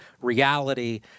reality